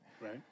Right